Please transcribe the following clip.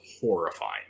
horrifying